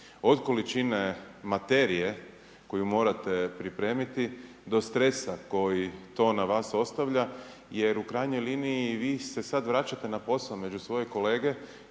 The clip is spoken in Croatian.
Od količine materije koju morate pripremiti, do stresa koji to na vas ostavlja jer u krajnjoj liniji, vi se sad vraćate na posao među svoje kolege